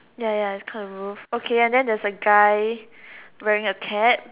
ya ya is kind of roof okay and then there's a guy wearing a cap